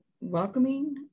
welcoming